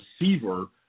receiver